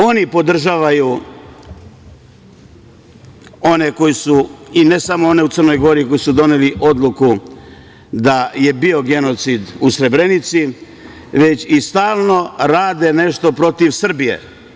Oni podržavaju one koji su, i ne samo one u Crnoj Gori, koji su doneli odluku da je bio genocid u Srebrenici, već stalno rade nešto protiv Srbije.